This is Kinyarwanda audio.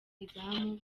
izamu